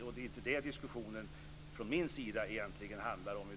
Och det är inte det som diskussionen från min sida egentligen handlar om.